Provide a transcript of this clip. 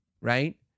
right